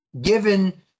given